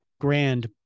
grand